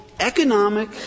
Economic